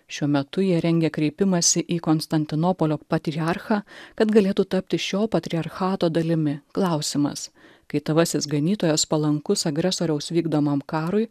šiuo metu jie rengia kreipimąsi į konstantinopolio patriarchą kad galėtų tapti šio patriarchato dalimi klausimas kai tavasis ganytojas palankus agresoriaus vykdomam karui